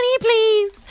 please